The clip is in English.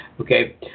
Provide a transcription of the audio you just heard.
Okay